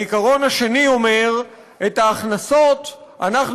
העיקרון השני אומר שאת ההכנסות אנחנו